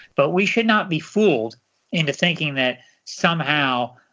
but we should not be fooled into thinking that somehow,